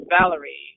Valerie